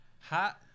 Ha-